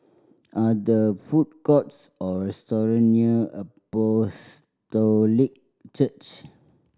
are the food courts or restaurant near Apostolic Church